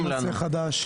חדש.